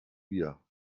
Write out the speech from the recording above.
wir